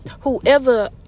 whoever